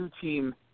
team